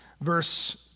Verse